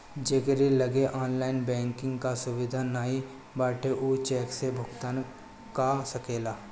जेकरी लगे online banking कअ सुविधा नाइ बाटे उ चेक से भुगतान कअ सकेला